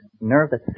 nervous